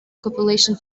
copulation